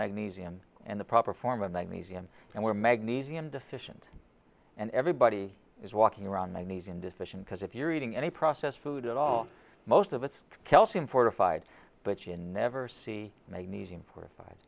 magnesium and the proper form of magnesium and we're magnesium deficient and everybody is walking around their knees in this fashion because if you're eating any processed food at all most of it's calcium fortified but you never see magnesium for five